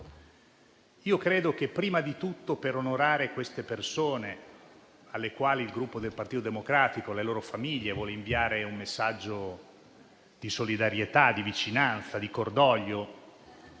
Io credo che prima di tutto, per onorare queste persone, alle cui famiglie il Gruppo Partito Democratico vuole inviare un messaggio di solidarietà, di vicinanza e di cordoglio,